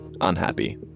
unhappy